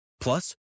Plus